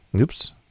Oops